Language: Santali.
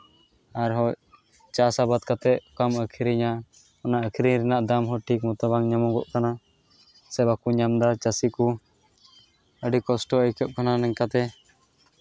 ᱟᱨᱦᱚᱸ ᱪᱟᱥ ᱟᱵᱟᱫ ᱠᱟᱛᱮᱫ ᱚᱠᱟᱢ ᱟᱹᱠᱷᱨᱤᱧᱟ ᱚᱱᱟ ᱟᱹᱠᱷᱨᱤᱧ ᱨᱮᱱᱟᱜ ᱫᱟᱢ ᱦᱚᱸ ᱴᱷᱤᱠ ᱢᱚᱛᱚ ᱵᱟᱝ ᱧᱟᱢᱚᱜᱚᱜ ᱠᱟᱱᱟ ᱥᱮ ᱵᱟᱠᱚ ᱧᱟᱢᱫᱟ ᱪᱟᱹᱥᱤ ᱠᱚ ᱟᱹᱰᱤ ᱠᱚᱥᱴᱚ ᱟᱹᱭᱠᱟᱹᱜ ᱠᱟᱱᱟ ᱱᱚᱝᱠᱟᱛᱮ